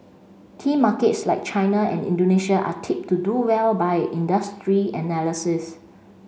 key markets like China and Indonesia are tipped to do well by industry analysis